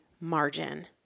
margin